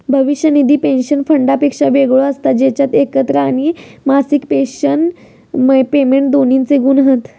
भविष्य निधी पेंशन फंडापेक्षा वेगळो असता जेच्यात एकत्र आणि मासिक पेंशन पेमेंट दोन्हिंचे गुण हत